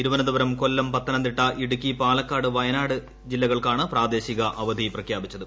തിരുവനന്തപുരം കൊല്ലം പത്തനംതിട്ട ഇടുക്കി പാലക്കാട് വയനാട് എന്നീ ജില്ലകൾക്കാണ് പ്രാദേശിക അവധി പ്രഖ്യാപിച്ചത്